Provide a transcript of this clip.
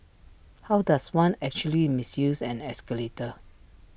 how does one actually misuse an escalator